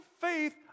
faith